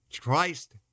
Christ